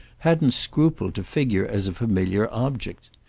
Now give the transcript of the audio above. hadn't scrupled to figure as a familiar object.